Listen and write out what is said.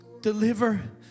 Deliver